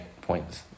points